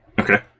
Okay